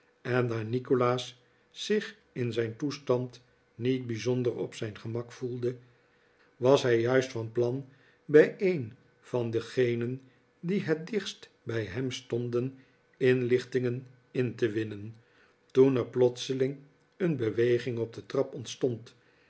en daar nikolaas zich in zijn toestand niet bijzonder op zijn gemak voelde was hij juist van plan bij een van degenen die het dichtst bij hem stonden inlichtingen in te winnen toen er plotseling een beweging op de trap ontstond